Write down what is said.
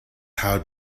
how